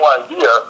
idea